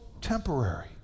temporary